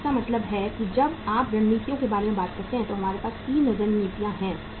तो इसका मतलब है जब आप रणनीतियों के बारे में बात करते हैं तो हमारे पास 3 रणनीतियां हैं